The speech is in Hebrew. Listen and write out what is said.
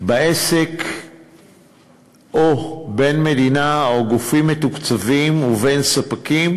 בעסק בין המדינה או גופים מתוקצבים ובין ספקים